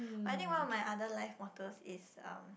but I think one of my other life mottos is um